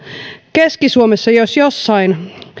keski suomessa jos jossain